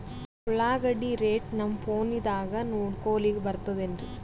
ಉಳ್ಳಾಗಡ್ಡಿ ರೇಟ್ ನಮ್ ಫೋನದಾಗ ನೋಡಕೊಲಿಕ ಬರತದೆನ್ರಿ?